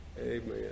Amen